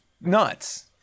nuts